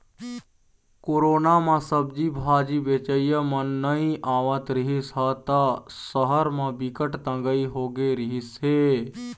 corona म सब्जी भाजी बेचइया मन नइ आवत रिहिस ह त सहर म बिकट तंगई होगे रिहिस हे